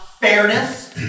fairness